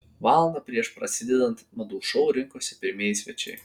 valandą prieš prasidedant madų šou rinkosi pirmieji svečiai